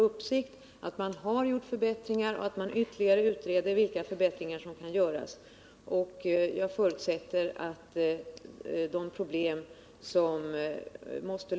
Detta föranledde berättigad oro både bland de anställda och bland allmänheten.